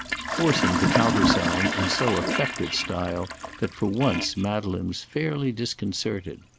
forcing the countersign in so effective style that for once madeleine was fairly disconcerted.